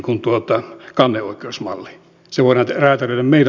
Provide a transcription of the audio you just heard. se voidaan räätälöidä meidän olosuhteisiin